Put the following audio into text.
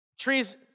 Trees